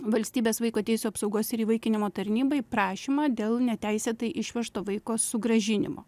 valstybės vaiko teisių apsaugos ir įvaikinimo tarnybai prašymą dėl neteisėtai išvežto vaiko sugrąžinimo